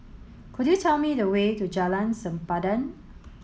could you tell me the way to Jalan Sempadan